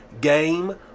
game